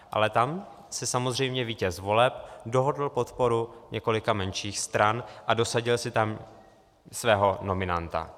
Ale tam si samozřejmě vítěz voleb dohodl podporu několika menších stran a dosadil si tam svého nominanta.